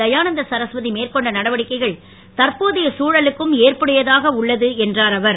தயானந்த சரஸ்வதி மேற்கொண்ட நடவடிக்கைகள் தற்போதைய தழலுக்கும் ஏற்புடையதாக உள்ளது என்றுர் அவர்